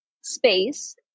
space